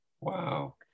Wow